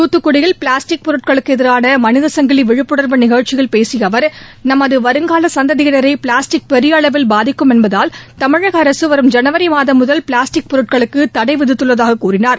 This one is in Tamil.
துத்துக்குடியில் பிளாஸ்டிக் பொருட்களுக்கு எதிராள மனிதசங்கிலி விழிப்புணர்வு நிகழ்ச்சியில் பேசிய அவர் நமது வரும்னல சந்ததியினரை பிளாஸ்டிக் பெரிய அளவில் பாதிக்கும் என்பதால் தமிழக அரசு வரும் ஜனவரி மாதம் முதல் பிளாஸ்டிக் பொருட்களுக்கு தடை விதித்துள்ளாகக் கூறினார்